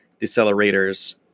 decelerators